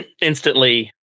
instantly